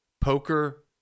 Poker